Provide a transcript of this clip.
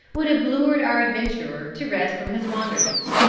would have lured our adventurer to rest from his wanderings.